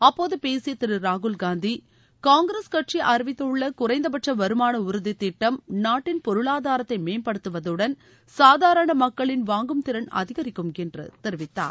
அப்போது பேசிய திரு ராகுல் காந்தி காங்கிரஸ் கட்சி அறிவித்துள்ள குறைந்தபட்ச வருமான உறுதி திட்டம் நாட்டின் பொருளாதாரத்தை மேம்படுத்துவதுடன் சாதாரண மக்களின் வாங்கும் திறன் அதிகரிக்கும் என்று தெரிவித்தார்